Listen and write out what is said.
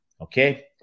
Okay